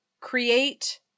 create